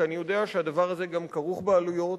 כי אני יודע שהדבר הזה גם כרוך בעלויות.